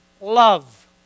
love